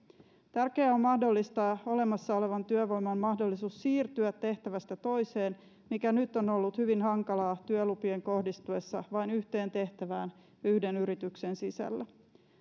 tärkeää on mahdollistaa olemassa olevan työvoiman mahdollisuus siirtyä tehtävästä toiseen mikä nyt on ollut hyvin hankalaa työlupien kohdistuessa vain yhteen tehtävään yhden yrityksen sisällä